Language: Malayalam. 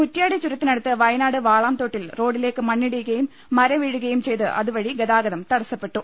കുറ്റ്യാടി ചുരത്തിനടുത്ത് വയനാട് വാളാംതോട്ടിൽ റോഡി ലേക്ക് മണ്ണിടിയുടകയും മരംവീഴുകയും ചെയ്ത് അതുവഴി ഗതാഗതം തടസ്സപ്പെട്ടു